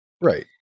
Right